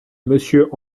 monsieur